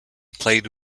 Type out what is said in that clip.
played